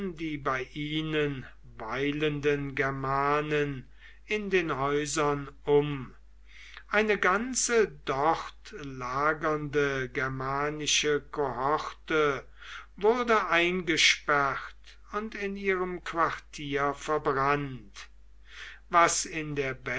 die bei ihnen weilenden germanen in den häusern um eine ganze dort lagernde germanische kohorte wurde eingesperrt und in ihrem quartier verbrannt was in der